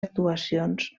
actuacions